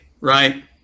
right